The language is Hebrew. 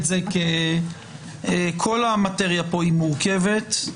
כל המטריה כאן היא מורכבת.